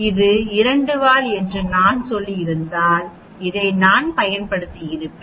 இது 2 வால் என்று நான் சொல்லியிருந்தால் இதை நான் பயன்படுத்தியிருப்பேன்